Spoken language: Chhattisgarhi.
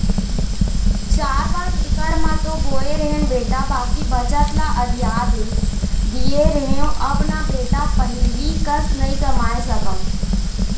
चार पॉंच इकड़ म तो बोए रहेन बेटा बाकी बचत ल अधिया दे दिए रहेंव अब न बेटा पहिली कस नइ कमाए सकव